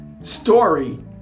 story